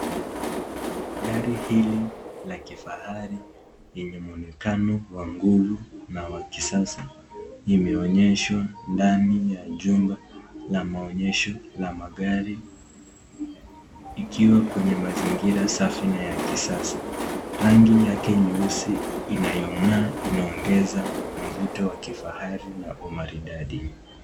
Gari hili la kifahari yenye mwonekano wa nguvu ya wa kisasa, limeonyeshwa ndani ya jumba la maonyesho la magari, ikiwa kwenye mazingira safi na ya kisasa. Rangi yake nyeusi inayong'aa, inaongeza mvuto wa kifahari na umaridadi.